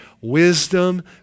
wisdom